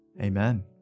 Amen